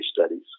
studies